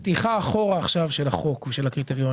פתיחה אחורה עכשיו של החוק ושל הקריטריונים,